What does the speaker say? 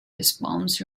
respawns